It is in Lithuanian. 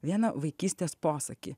vieną vaikystės posakį